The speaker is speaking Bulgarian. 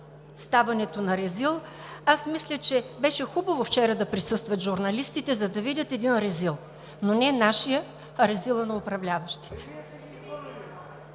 ставането на резил, аз мисля, че беше хубаво вчера да присъстват журналистите, за да видят един резил, но не нашия, а резила на управляващите.